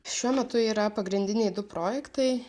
šiuo metu yra pagrindiniai du projektai